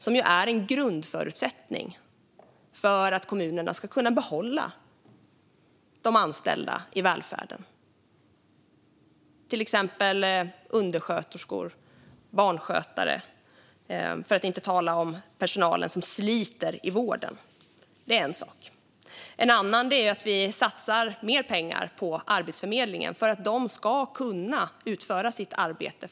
De är en grundförutsättning för att kommunerna ska kunna behålla de anställda i välfärden. Det gäller till exempel undersköterskor och barnskötare, för att inte tala om personalen som sliter i vården. Det är en sak. En annan är att vi satsar mer pengar på Arbetsförmedlingen för att den ska kunna utföra sitt arbete.